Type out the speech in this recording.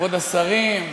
כבוד השרים,